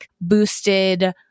boosted